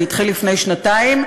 זה התחיל לפני שנתיים,